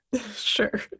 sure